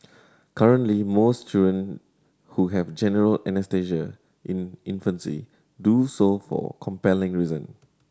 currently most children who have general anaesthesia in infancy do so for compelling reason